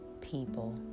people